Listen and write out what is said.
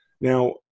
Now